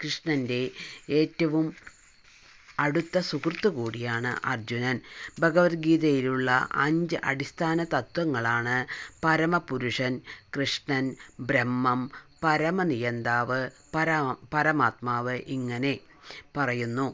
കൃഷ്ണന്റെ ഏറ്റവും അടുത്ത സുഹൃത്തു കൂടിയാണ് അർജുനൻ ഭഗവത്ഗീതയിലുള്ള അഞ്ച് അടിസ്ഥാന തത്ത്വങ്ങളാണ് പരമപുരുഷൻ കൃഷ്ണൻ ബ്രഹ്മം പരമനിയന്താവ് പരാത് പരമാത്മാവ് ഇങ്ങനെ പറയുന്നു